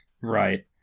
Right